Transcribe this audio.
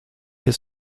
his